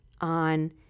on